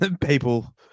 people